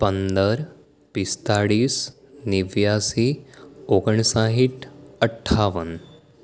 પંદર પિસ્તાળીસ નેવ્યાસી ઓગણસાંઠ અઠ્ઠાવન